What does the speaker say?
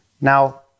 Now